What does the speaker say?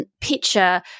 picture